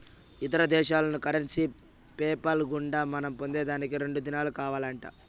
ఇతర దేశాల్నుంచి currency PayPal గుండా మనం పొందేదానికి రెండు దినాలు కావాలంట